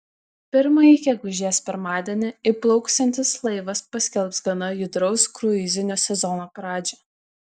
pirmąjį gegužės pirmadienį įplauksiantis laivas paskelbs gana judraus kruizinio sezono pradžią